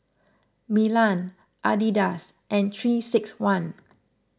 Milan Adidas and three six one